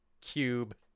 cube